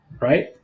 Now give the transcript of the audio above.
right